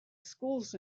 schools